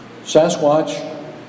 Sasquatch